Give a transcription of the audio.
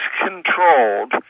controlled